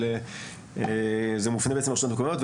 אבל זה מופנה בעצם לרשויות המקומיות,